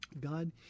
God